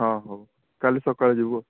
ହଁ ହଉ କାଲି ସକାଳେ ଯିବୁ ଆଉ